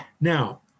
Now